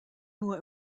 nur